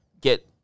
get